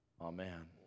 Amen